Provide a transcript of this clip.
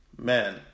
Man